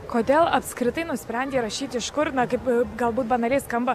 kodėl apskritai nusprendei rašyti iš kur na kaip galbūt banaliai skamba